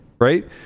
Right